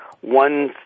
one